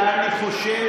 ואני חושב